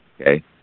Okay